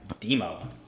Demo